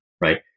right